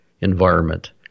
environment